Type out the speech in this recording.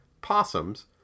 possums